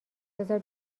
بذار